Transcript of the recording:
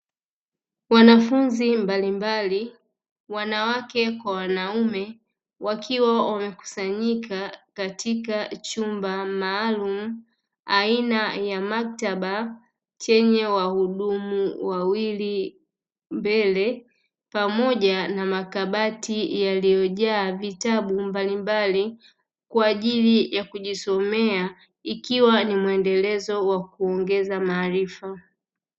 Wanafunzi mbalimbali wanawake kwa wanaume, wakiwa wamekusanyika katika chumba maalumu aina ya maktaba chenya wahudumu wawili mbele, pamoja na makabati yaliyojaa vitabu mbalimbali kwa ajili ya kujisomea, ikiwa ni mwendelezo wa kuongeza maarifa.